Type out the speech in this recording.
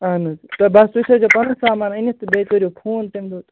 اَہَن حظ تہٕ بس تُہۍ تھٲوِزیٚو پنُن سامان أنِتھ تہٕ بیٚیہِ کٔرِو فون تَمہِ دۄہ تہٕ